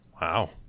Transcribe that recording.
wow